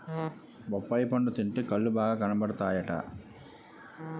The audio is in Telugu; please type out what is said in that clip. బొప్పాయి పండు తింటే కళ్ళు బాగా కనబడతాయట